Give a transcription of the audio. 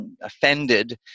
offended